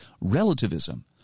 relativism